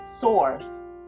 source